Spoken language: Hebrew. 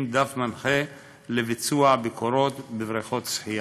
דף מנחה לביצוע ביקורות בבריכות שחייה.